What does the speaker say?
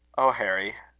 oh, harry!